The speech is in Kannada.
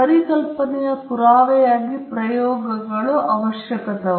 ಪರಿಕಲ್ಪನೆಯ ಪುರಾವೆಯಾಗಿ ಪ್ರಯೋಗಗಳು ಅವಶ್ಯಕವಾಗಿವೆ